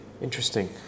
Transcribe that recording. interesting